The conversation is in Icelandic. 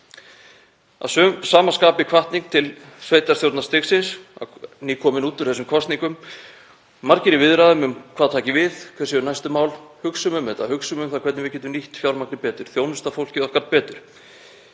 sama skapi er þetta hvatning mín til sveitarstjórnarstigsins, nýkominn úr þessum kosningum. Margir eru í viðræðum um hvað taki við, hver séu næstu mál. Hugsum um þetta. Hugsum um það hvernig við getum nýtt fjármagnið betur, þjónustað fólkið okkar betur.